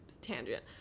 tangent